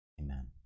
amen